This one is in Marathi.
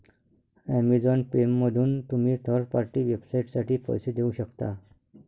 अमेझॉन पेमधून तुम्ही थर्ड पार्टी वेबसाइटसाठी पैसे देऊ शकता